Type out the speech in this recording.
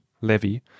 levy